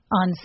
on